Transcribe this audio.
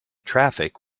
traffic